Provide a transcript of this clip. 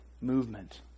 movement